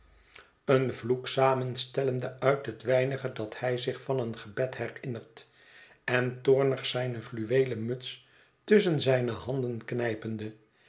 een vloek het verlaten huis samenstellende uit het weinige dat hij zich van een gebed herinnert en toornig zijne fluweelen muts tusschen zijne handen knijpende